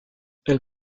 elle